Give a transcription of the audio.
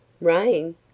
Rain